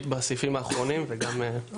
בסדר.